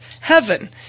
heaven